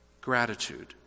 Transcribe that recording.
gratitude